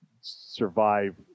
survive